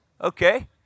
Okay